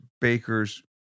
Baker's